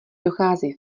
dochází